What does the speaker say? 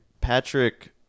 patrick